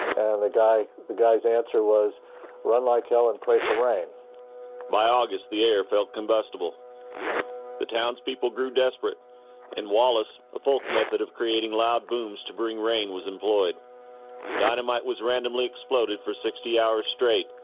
the guy the guys answer was run like hell and pray for rain by august the air felt combustible the townspeople grew desperate in wallace a folk method of creating loud booms to bring rain was employed dynamite was randomly exploded for sixty hours straight,